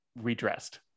redressed